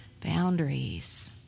boundaries